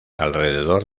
alrededor